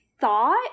thought